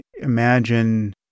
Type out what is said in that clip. imagine